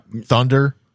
Thunder